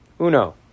uno